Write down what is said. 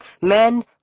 Men